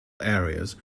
areas